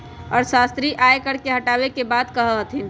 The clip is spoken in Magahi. अर्थशास्त्री आय कर के हटावे के बात कहा हथिन